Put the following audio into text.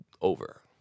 over